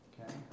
Okay